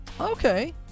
Okay